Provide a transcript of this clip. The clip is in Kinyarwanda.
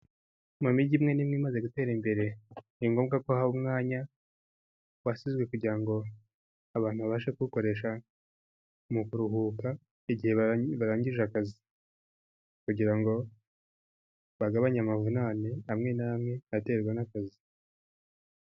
Mu mijyi imwe imwe imaze gutera imbere, ni ngombwa ko haba umwanya wasizwe kugira ngo, abantu abashe kuwukoresha mu kuruhuka, igihe barangije akazi, kugira ngo bagabanye amavunane amwe n'amwe aterwa n'akazi.